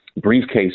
briefcase